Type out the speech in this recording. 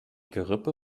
gerippe